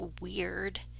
weird